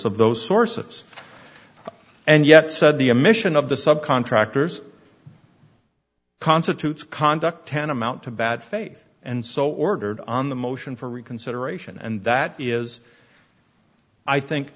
of those sources and yet said the a mission of the sub contractors constitutes conduct tantamount to bad faith and so ordered on the motion for reconsideration and that is i think